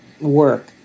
work